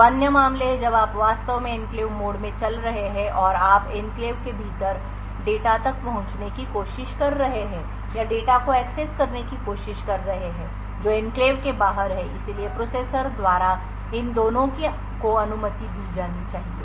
दो अन्य मामले हैं जब आप वास्तव में एन्क्लेव मोड में चल रहे हैं और आप एन्क्लेव के भीतर डेटा तक पहुंचने की कोशिश कर रहे हैं या डेटा को एक्सेस करने की कोशिश कर रहे हैं जो एन्क्लेव के बाहर है इसलिए प्रोसेसर द्वारा इन दोनों को अनुमति दी जानी चाहिए